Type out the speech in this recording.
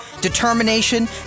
determination